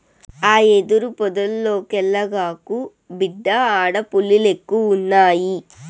ఆ యెదురు పొదల్లోకెల్లగాకు, బిడ్డా ఆడ పులిలెక్కువున్నయి